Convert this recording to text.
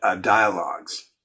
dialogues